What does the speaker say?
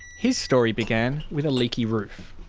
his story began with a leaky roof.